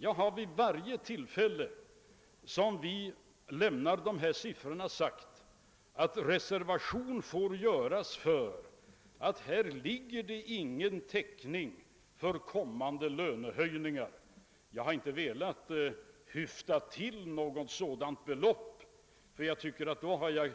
Jag har vid varje tillfälle då vi har lämnat dessa siffror sagt, att reservation får göras för att där inte ligger någon täckning för kommande lönehöjningar. Jag har inte velat höfta till något sådant belopp, eftersom jag tycker att jag i så fall skulle